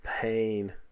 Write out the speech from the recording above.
pain